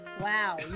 Wow